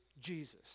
Jesus